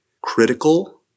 critical